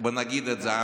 בואו נגיד את זה.